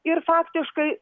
ir faktiškai